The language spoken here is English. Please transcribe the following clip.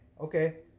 Okay